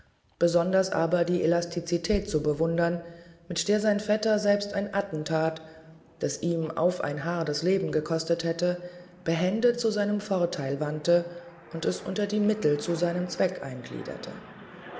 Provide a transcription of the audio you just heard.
besonders aber die elastizität zu bewundern mit der sein vetter selbst ein attentat das ihm auf ein haar das leben gekostet hätte behende zu seinem vorteil wandte und es unter die mittel zu seinem zweck eingliederte